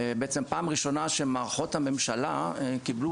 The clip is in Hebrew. זו בעצם הפעם הראשונה שמערכות הממשלה קיבלו